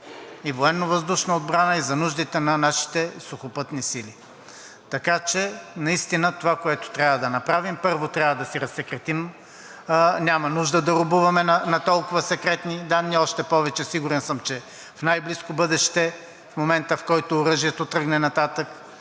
и военновъздушна отбрана, и за нуждите на нашите сухопътни сили. Така че наистина това, което трябва да направим първо, трябва да си разсекретим – няма нужда да робуваме на толкова секретни данни. Още повече, сигурен съм, че в най-близко бъдеще в момента, в който оръжието тръгне нататък,